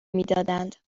میدادند